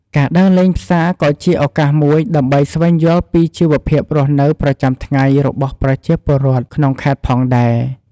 ការដើរលេងផ្សារក៏ជាឱកាសមួយដើម្បីស្វែងយល់ពីជីវភាពរស់នៅប្រចាំថ្ងៃរបស់ប្រជាពលរដ្ឋក្នុងខេត្តផងដែរ។